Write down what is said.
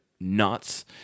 nuts